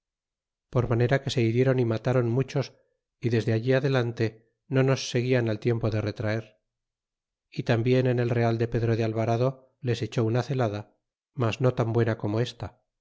por manera que se hirieron y matáron muchos y desde allí adelante no nos seguian al tiempo del retraer y tambien en el real de pedro de alvarado les echó una celada mas no tan buena como esta